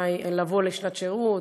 לבוא לשנת שירות,